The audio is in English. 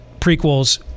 prequels